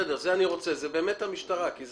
אני רוצה את זה.